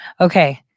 Okay